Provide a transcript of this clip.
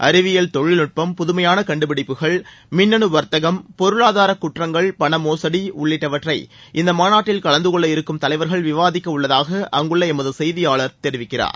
அறிவியல் தொழில்நுட்பம் புதுமையான கண்டுபிடிப்புகள் மின்னணு வர்த்தகம் பொருளாதாராக் குற்றங்கள் பண மோசடி உள்ளிட்டவற்றை இந்த மாநாட்டில் கலந்துகொள்ள இருக்கும் தலைவர்கள் விவாதிக்க உள்ளதாக அங்குள்ள எமது செய்தியாளர் தெரிவிக்கிறார்